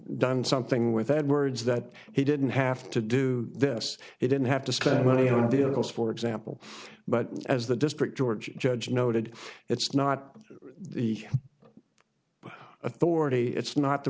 done something with edwards that he didn't have to do this he didn't have to spend money on a vehicle for example but as the district george judge noted it's not authority it's not the